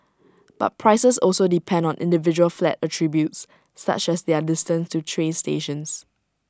but prices also depend on individual flat attributes such as their distance to train stations